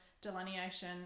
delineation